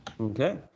okay